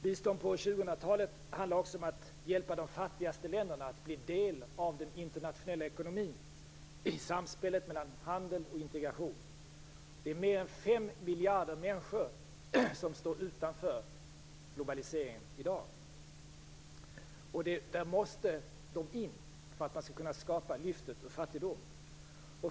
Bistånd på 2000-talet handlar också om att hjälpa de fattigaste länderna att bli del av den internationella ekonomin i samspelet mellan handel och integration. Mer än fem miljarder människor står utanför globaliseringen i dag. Där måste de in för att man skall kunna skapa lyftet ur fattigdom.